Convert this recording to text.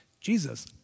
Jesus